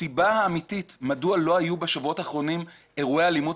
הסיבה האמיתית מדוע לא היו בשבועות האחרונים אירועי אלימות